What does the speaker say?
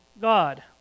God